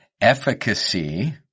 Efficacy